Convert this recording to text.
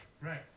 Right